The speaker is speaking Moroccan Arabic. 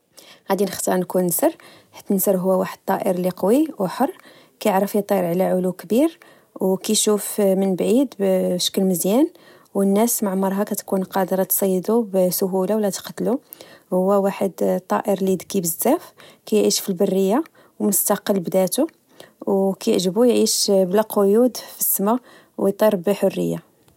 غادي نختار نكون نسر حيت النسر هو واحد الطائر لي قوي و حر كيعرف يطير على علو كبير، و كيشوف من بعيد بشكل مزيان، و الناس معمرها كتكون قادرة تصيدو بسهولة، و لا تقتلو، هو واحد الطائر ليدكي بزاف كيعيش في البرية، و مستقل بذاته، و كيعجبوه يعيش بلا قيود في السما ويطير بحرية.